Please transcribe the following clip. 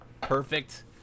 perfect